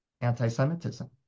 anti-Semitism